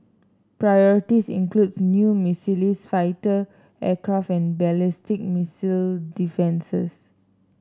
priorities includes new fighter aircraft and ballistic missile defences